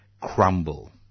crumble